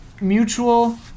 mutual